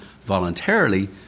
voluntarily